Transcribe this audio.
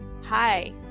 hi